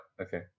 Okay